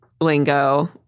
lingo